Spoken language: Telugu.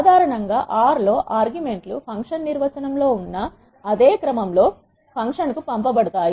సాధారణంగా ఆర్ R లో ఆర్గ్యుమెంట్ లు ఫంక్షన్ నిర్వచనం లో ఉన్న అదే క్రమం లో ఫంక్షన్ కు పంపబడతాయి